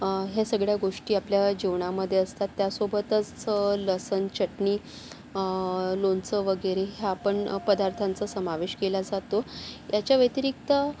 ह्या सगळ्या गोष्टी आपल्या जेवणामध्ये असतात त्यासोबतच लसन चटणी लोणचं वगैरे ह्या पण पदार्थांचा समावेश केला जातो याच्याव्यतिरिक्त